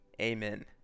amen